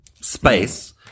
space